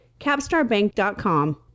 CapstarBank.com